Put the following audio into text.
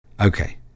Okay